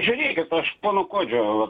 žiūrėkit aš pono kuodžio